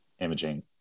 imaging